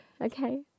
okay